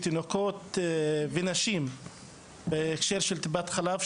תינוקות ונשים בהקשר של טיפת חלב.